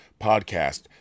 podcast